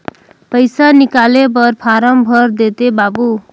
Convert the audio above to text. पइसा निकाले बर फारम भर देते बाबु?